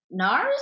NARS